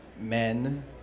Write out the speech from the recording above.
men